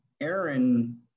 Aaron